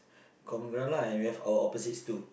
common ground lah and we have our opposites too